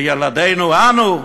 לילדינו שלנו?